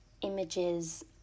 images